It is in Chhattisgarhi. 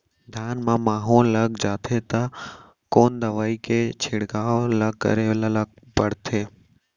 धान म माहो लग जाथे त कोन दवई के छिड़काव ल करे ल पड़थे?